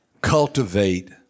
cultivate